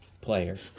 player